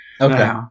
okay